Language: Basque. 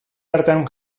artean